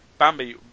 Bambi